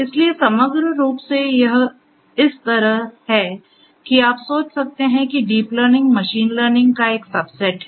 इसलिए समग्र रूप से यह इस तरह है कि आप सोच सकते हैं की डीप लर्निंग मशीन लर्निंग का एक सबसेट है